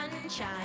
Sunshine